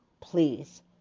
please